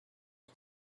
was